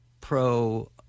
pro